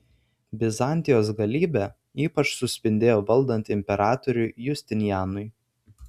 bizantijos galybė ypač suspindėjo valdant imperatoriui justinianui